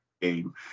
Game